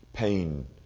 pain